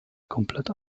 komplett